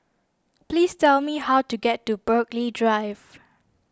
please tell me how to get to Burghley Drive